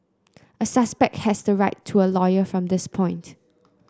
a suspect has the right to a lawyer from this point